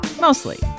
Mostly